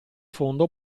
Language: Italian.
fondo